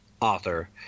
author